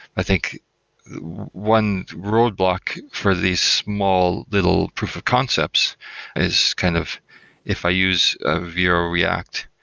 i think one roadblock for the small little proof of concepts is kind of if i use ah vue or react,